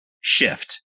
shift